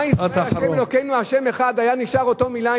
ה"שמע ישראל ה' אלוקינו ה' אחד" היה נשאר אותן מלים.